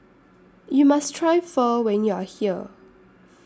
YOU must Try Pho when YOU Are here